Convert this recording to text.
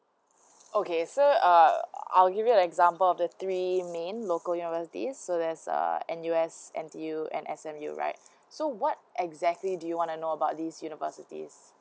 okay so uh I'll give you an example of the three main local university so there's uh N_U_S N_T_U N_S_M_U right so what exactly do you want to know about these universities